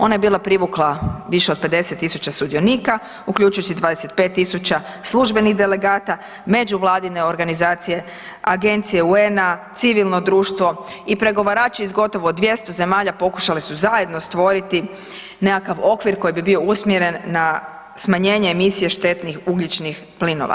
Ona je bila privukla više od 50 tisuća sudionika, uključujući 25 tisuća službenih delegata, međuvladine organizacije, agencije UN-a, civilno društvo i pregovarači iz gotovo 200 zemalja pokušali su zajedno stvoriti nekakav okvir koji bi bio usmjeren na smanjenje emisije štetnih ugljičnih plinova.